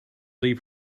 leave